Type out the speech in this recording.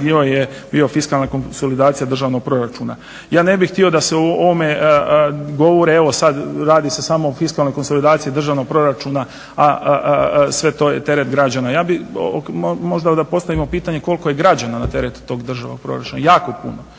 bila je fiskalna konsolidacija državnog proračuna. Ja ne bih htio da se o ovome govori evo sad radi se samo o fiskalnoj konsolidaciji državnog proračuna, a sve to je teret građana. Ja bih možda da postavimo pitanje koliko je građana na teret tog državnog proračuna. Jako puno,